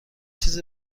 چیزی